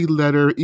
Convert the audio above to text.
letter